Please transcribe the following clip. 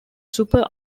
super